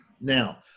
Now